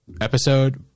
episode